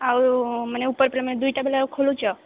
ଆଉ ମାନେ ଉପରେ ବେଲେ ଦୁଇଟା ବେଳେ ଆଉ ଖୋଲୁଛ